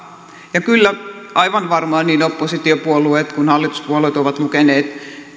ja kyllä aivan varmaan niin oppositiopuolueet kuin hallituspuolueet ovat lukeneet